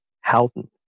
Halton